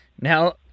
Now